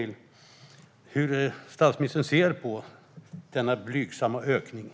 Hur ser statsministern på den blygsamma ökningen av anslagen?